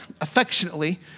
affectionately